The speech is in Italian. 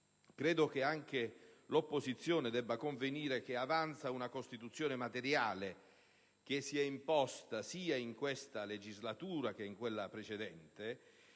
Credo che anche l'opposizione debba convenire sul fatto che avanza una Costituzione materiale, che si è imposta sia in questa legislatura che in quella precedente,